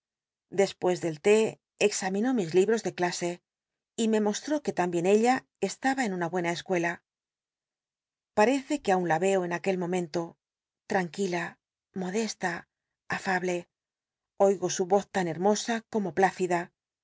despues del té examinó mis libros de clase y memostró que tambien ella estaba en una buena escuela p ll'ece que aun la eo en aquel momento tranquila modesta afable oigo su voz tan hermosa como pl